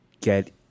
get